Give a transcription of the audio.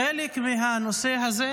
חלק מהנושא הזה,